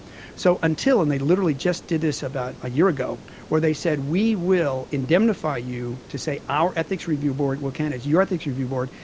so until, and they literally just did this about a year ago, where they said we will indemnify you to say our ethics review board will count as your ethics review board,